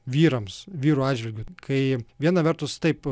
vyrams vyrų atžvilgiu kai viena vertus taip